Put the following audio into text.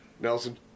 Nelson